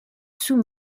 sous